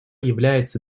является